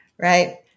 right